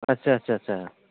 আচ্ছা আচ্ছা আচ্ছা